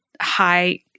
high